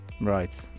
Right